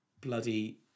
bloody